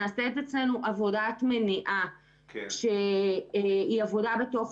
נעשית אצלנו עבודת מניעה שהיא עבודה בתוך